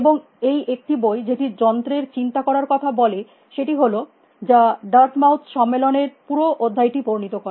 এবং এই একটি বই যেটি যন্ত্রের চিন্তা করার কথা বলে সেটি হল যা ডার্থ মাউথ সম্মেলনের পুরো অধ্যায়টি বর্ণিত করে